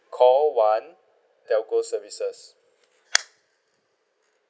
call one telco services